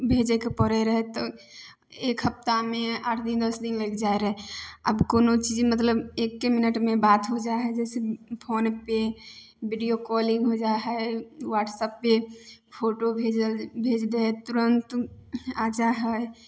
भेजयके पड़य रहय तऽ एक हफ्तामे आठ दिन दस दिन लागि जाइ रहय आब कोनो चीज मतलब एके मिनटमे बात हो जाइ हइ जैसे फोनपे वीडियो कॉलिंग हो जाइ हइ वाट्सअपपे फोटो भेजल भेज दै हइ तुरन्त आ जा हइ